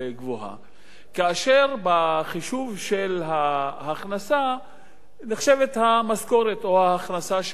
כאשר בחישוב של ההכנסה נחשבים המשכורת או ההכנסה של אותה משפחה